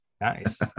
Nice